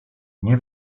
nie